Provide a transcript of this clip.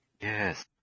Yes